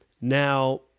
Now